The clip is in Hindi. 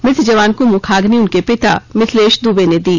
मृत जवान को मुखाग्नि उनके पिता मिथिलेश द्वे ने दी